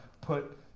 put